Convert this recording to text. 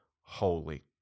holy